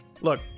Look